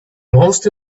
most